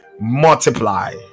Multiply